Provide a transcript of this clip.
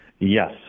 Yes